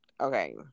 okay